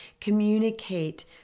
communicate